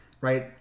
Right